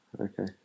Okay